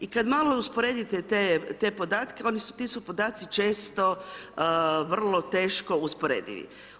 I kad malo usporedite te podatke, oni su, ti su podaci često, vrlo teško usporedivi.